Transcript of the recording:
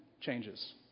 changes